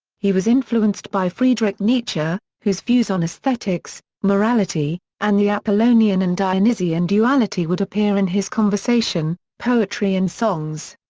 he was influenced by friedrich nietzsche, whose views on aesthetics, morality, and the apollonian and dionysian duality would appear in his conversation, poetry and songs.